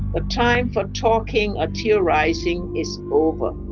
the time for talking or theorising is over.